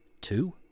two